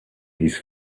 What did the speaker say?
his